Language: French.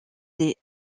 des